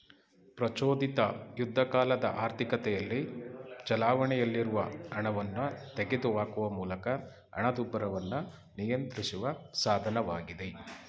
ಪ್ರಚೋದಿತ ಯುದ್ಧಕಾಲದ ಆರ್ಥಿಕತೆಯಲ್ಲಿ ಚಲಾವಣೆಯಲ್ಲಿರುವ ಹಣವನ್ನ ತೆಗೆದುಹಾಕುವ ಮೂಲಕ ಹಣದುಬ್ಬರವನ್ನ ನಿಯಂತ್ರಿಸುವ ಸಾಧನವಾಗಿದೆ